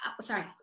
sorry